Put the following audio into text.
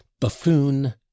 buffoon